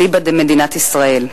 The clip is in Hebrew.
אליבא דמדינת ישראל.